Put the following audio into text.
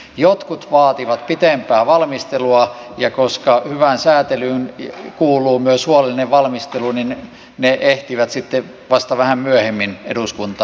jotkut vaativat pitempää valmistelua ja koska hyvään säätelyyn kuuluu myös huolellinen valmistelu niin ne ehtivät sitten vasta vähän myöhemmin eduskuntaan